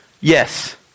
Yes